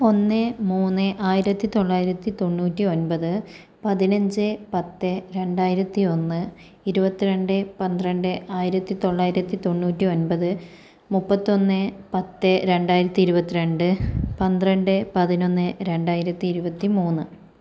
ഒന്ന് മൂന്ന് ആയിരത്തിത്തൊള്ളായിരത്തി തൊണ്ണൂറ്റി ഒമ്പത് പതിനഞ്ച് പത്ത് രണ്ടായിരത്തി ഒന്ന് ഇരുപത്തി രണ്ട് പന്ത്രണ്ട് ആയിരത്തി തൊള്ളായിരത്തി തൊണ്ണൂറ്റി ഒമ്പത് മുപ്പത്തൊന്ന് പത്ത് രണ്ടായിരത്തി ഇരുപത്തി രണ്ട് പന്ത്രണ്ട് പതിനൊന്ന് രണ്ടായിരത്തി ഇരുപത്തി മൂന്ന്